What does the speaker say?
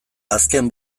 azken